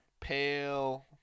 Pale